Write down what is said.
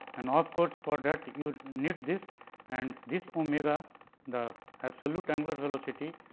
and of course, for that you need this and this omega the absolute angular velocity,